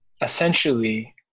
essentially